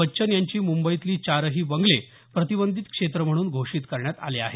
बच्चन यांचे मुंबईतील चारही बंगले प्रतिबंधित क्षेत्र म्हणून घोषित करण्यात आली आहेत